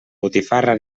botifarra